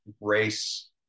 race